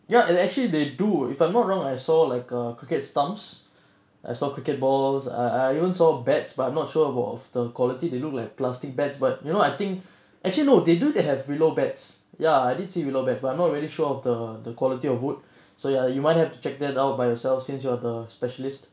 ya and actually they do if I'm not wrong I saw like a cricket stumps I saw cricket balls I I even saw bags but I'm not sure about of the quality they look like plastic bags but you know I think actually no they do they have pillow bags ya I did see pillow bags but I'm not really sure of the the quality of wood so ya you might have to check them out by yourself since you are the specialist